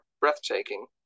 breathtaking